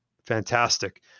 fantastic